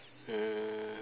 mm